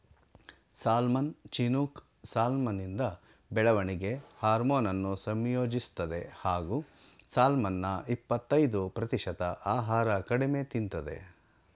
salmon Chinook ಸಾಲ್ಮನಿಂದ ಬೆಳವಣಿಗೆ ಹಾರ್ಮೋನನ್ನು ಸಂಯೋಜಿಸ್ತದೆ ಹಾಗೂ ಸಾಲ್ಮನ್ನ ಇಪ್ಪತಯ್ದು ಪ್ರತಿಶತ ಆಹಾರ ಕಡಿಮೆ ತಿಂತದೆ